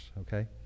okay